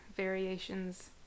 variations